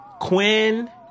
Quinn